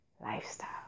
Lifestyle